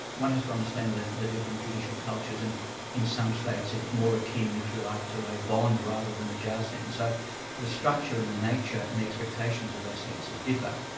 one has to understand the the different judicial cultures, and in some states it's more akin, if you like, to a bond rather than a jail sentence. so the structure and the nature and the expectations of those sentences differ.